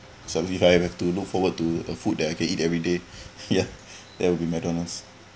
seventy five have to look forward to a food that I can eat everyday ya that will be McDonald's